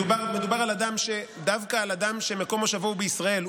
מדובר דווקא על אדם שמקום מושבו הוא ישראל.